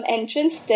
Entrance